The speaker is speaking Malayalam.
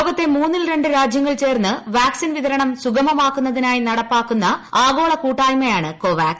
ലോകത്തെ മൂന്നിൽ രണ്ട് രാജൃങ്ങൾ പ്പേർന്ന് വാക്സിൻ വിതരണം സുഗമമാക്കുന്നതിനായി ന്ടുപ്പാക്കുന്ന ആഗോള കൂട്ടായ്മയാണ് കോവാക്സ്